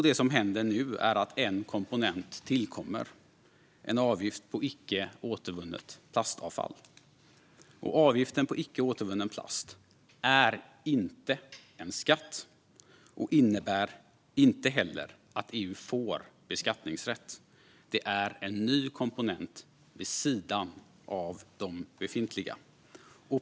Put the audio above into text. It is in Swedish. Det som händer nu är att en komponent tillkommer, en avgift på icke återvunnet plastavfall. Avgiften på icke återvunnen plast är inte en skatt. Detta innebär inte heller att EU får beskattningsrätt. Det är en ny komponent vid sidan av de befintliga.